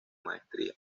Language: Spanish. maestría